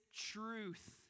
truth